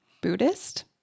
Buddhist